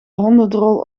hondendrol